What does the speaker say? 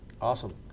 Awesome